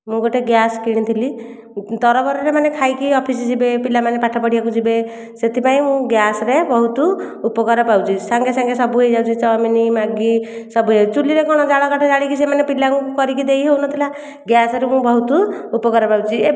ମୁଁ ଗୋଟେ ଗ୍ୟାସ କିଣିଥିଲି ତରବରରେ ମାନେ ଖାଇକି ଅଫିସ ଯିବେ ପିଲାମାନେ ପାଠ ପଢ଼ିବାକୁ ଯିବେ ସେଥିପାଇଁ ମୁଁ ଗ୍ୟାସରେ ବହୁତ ଉପକାର ପାଉଛି ସାଙ୍ଗେ ସାଙ୍ଗେ ସବୁ ହୋଇଯାଉଛି ଚାଓମିନ ମ୍ୟାଗି ସବୁ ହୋଇଯାଉଛି ଚୁଲିରେ କ'ଣ ଜାଳ କାଠ ଯାଳିକି ସେମାନଙ୍କୁ ଦେଇ ହେଉନଥିଲା ଗ୍ୟାସରେ ମୁଁ ବହୁତ ଉପକାର ପାଉଛି